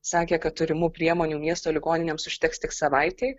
sakė kad turimų priemonių miesto ligoninėms užteks tik savaitei